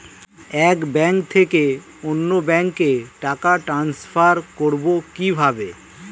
এক ব্যাংক থেকে অন্য ব্যাংকে টাকা ট্রান্সফার করবো কিভাবে?